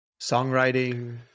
songwriting